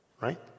Right